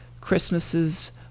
Christmases